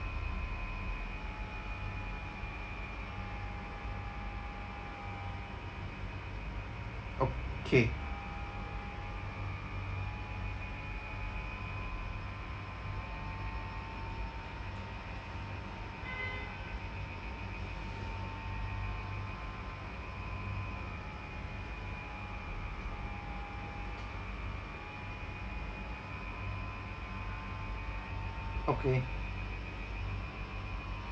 okay okay